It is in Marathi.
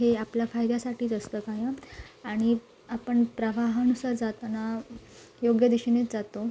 हे आपल्या फायद्यासाठीच असतं कारण आणि आपण प्रवाहानुसार जाताना योग्य दिशेनेच जातो